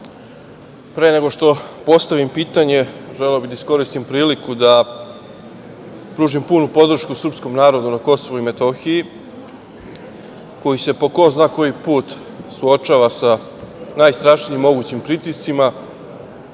nego što postavim pitanje, želeo bih da iskoristim priliku da pružim punu podršku srpskom narodu na KiM, koji se po ko zna koji put suočava sa najstrašnijim mogućim pritiscima,